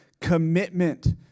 commitment